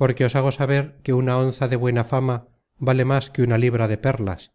porque os hago saber que una onza de buena fama vale más que una libra de perlas